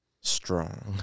strong